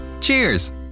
Cheers